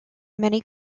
many